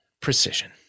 precision